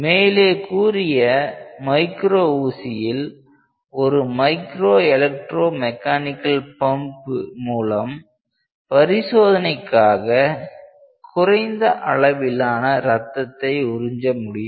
மேலே கூறிய மைக்ரோ ஊசியில் ஒரு மைக்ரோ எலக்ட்ரோ மெக்கானிக்கல் பம்பு மூலம் பரிசோதனைக்காக குறைந்த அளவிலான ரத்தத்தை உறிஞ்ச முடியும்